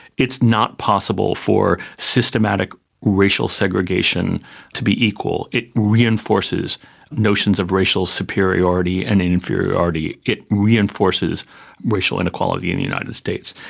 not possible for systematic racial segregation to be equal, it reinforces notions of racial superiority and inferiority, it reinforces racial inequality in the united states.